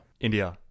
India